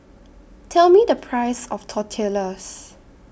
Tell Me The Price of Tortillas